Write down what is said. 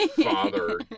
father